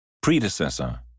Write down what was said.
predecessor